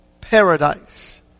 paradise